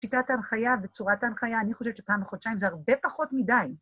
שיטת ההנחיה וצורת ההנחיה, אני חושבת שפעם בחודשיים זה הרבה פחות מדי.